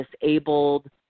disabled